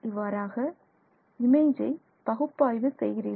இவ்வாறாக இமேஜ் பகுப்பாய்வை செய்கிறீர்கள்